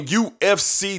ufc